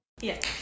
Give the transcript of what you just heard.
Yes